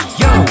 yo